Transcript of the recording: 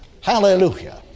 Hallelujah